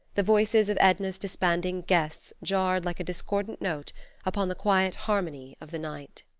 the voices of edna's disbanding guests jarred like a discordant note upon the quiet harmony of the night.